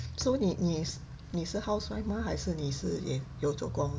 so 你你你是 housewife mah 还是你是也有做工